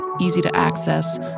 easy-to-access